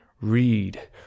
Read